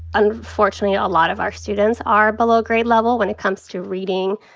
unfortunately a lot of our students are below grade level when it comes to reading,